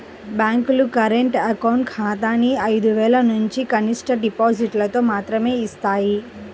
బ్యేంకులు current account ఖాతాని ఐదు వేలనుంచి కనిష్ట డిపాజిటుతో మాత్రమే యిస్తాయి